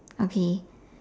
okay